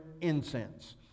incense